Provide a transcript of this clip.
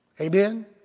Amen